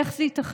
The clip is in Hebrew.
איך זה ייתכן?